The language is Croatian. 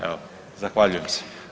Evo zahvaljujem se.